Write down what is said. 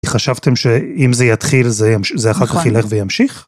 חשבתם שאם זה יתחיל זה אחר כך ילך וימשיך?